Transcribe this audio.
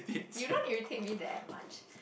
you don't did you think me that much